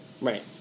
Right